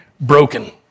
broken